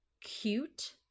cute